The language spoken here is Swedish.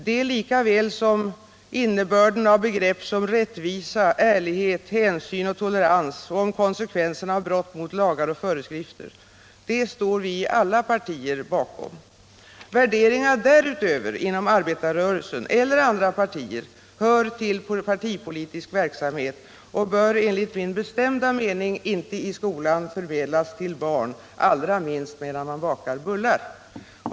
Det lika väl som ”innebörden av begrepp som rättvisa, ärlighet, hänsyn och tolerans och om konsekvenserna av brott mot lagar och föreskrifter” står vi i alla partier bakom. Värderingar därutöver inom arbetarrörelsen eller andra partier hör till partipolitisk verksamhet och bör enligt min bestämda mening inte i skolan förmedlas till barn, allra minst medan man bakar bullar.